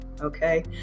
okay